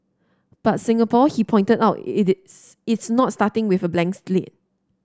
but Singapore he pointed out it is it's not starting with a blank slate